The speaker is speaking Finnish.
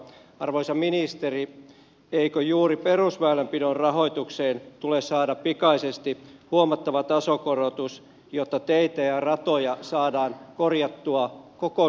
arvoisa ministeri eikö juuri perusväylänpidon rahoitukseen tule saada pikaisesti huomattava tasokorotus jotta teitä ja ratoja saadaan korjattua koko suomessa